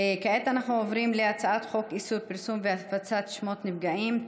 כעת אנחנו עוברים להצעת חוק איסור פרסום והפצת שמות נפגעים,